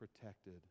protected